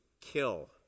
kill